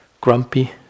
Grumpy